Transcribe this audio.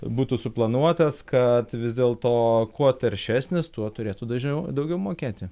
būtų suplanuotas kad vis dėl to kuo taršesnis tuo turėtų dažniau daugiau mokėti